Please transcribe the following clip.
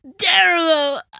terrible